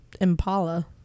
Impala